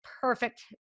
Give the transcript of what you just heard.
perfect